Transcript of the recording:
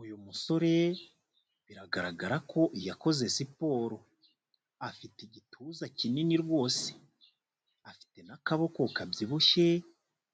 Uyu musore biragaragara ko yakoze siporo, afite igituza kinini rwose, afite n'akaboko kabyibushye,